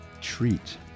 treat